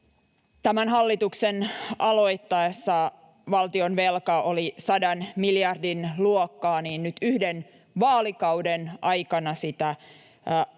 tämän hallituksen aloittaessa valtionvelka oli 100 miljardin luokkaa, niin nyt yhden vaalikauden aikana sitä on saatu